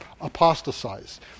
apostatized